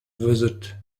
visit